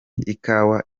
ikawa